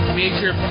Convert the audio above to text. major